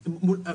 נכון?